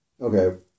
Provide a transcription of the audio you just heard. Okay